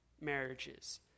marriages